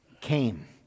came